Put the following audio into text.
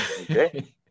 Okay